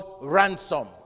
ransom